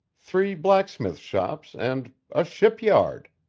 three blacksmith shops and a ship-yard!